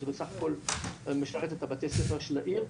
ובסך הכל זה משרת את בתי הספר של העיר.